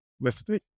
listen